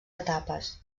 etapes